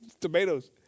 tomatoes